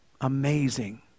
Amazing